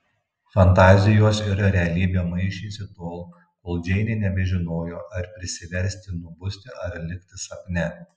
fantazijos ir realybė maišėsi tol kol džeinė nebežinojo ar prisiversti nubusti ar likti sapne